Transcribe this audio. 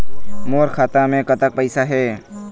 मोर खाता मे कतक पैसा हे?